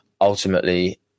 ultimately